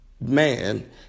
man